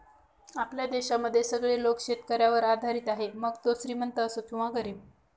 आपल्या देशामध्ये सगळे लोक शेतकऱ्यावर आधारित आहे, मग तो श्रीमंत असो किंवा गरीब